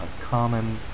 common